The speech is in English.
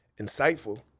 insightful